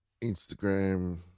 Instagram